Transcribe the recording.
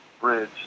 bridge